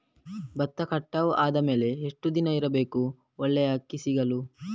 ಭತ್ತ ಕಟಾವು ಆದಮೇಲೆ ಎಷ್ಟು ದಿನ ಇಡಬೇಕು ಒಳ್ಳೆಯ ಅಕ್ಕಿ ಸಿಗಲು?